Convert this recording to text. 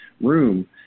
room